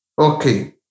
Okay